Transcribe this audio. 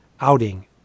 outing